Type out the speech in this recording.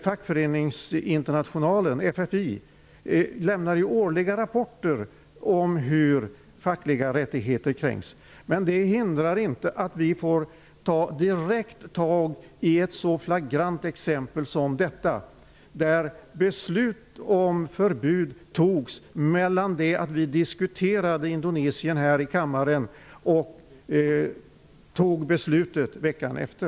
Fackföreningsinternationalen FFI lämnar årliga rapporter om hur fackliga rättigheter kränks. Men detta hindrar inte att vi får ta direkt tag i ett så flagrant exempel som detta. Beslutet om förbud mot fackföreningsrörelsen fattades efter det att vi här i kammaren diskuterade Indonesien och innan vi fattade beslut veckan efter.